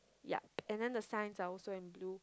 yep and then the signs are also in blue